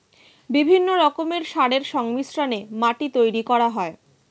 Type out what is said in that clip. বিভিন্ন রকমের সারের সংমিশ্রণে মাটি তৈরি করা হয়